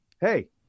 hey